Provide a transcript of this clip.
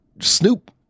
snoop